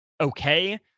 okay